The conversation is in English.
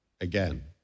again